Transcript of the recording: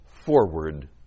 forward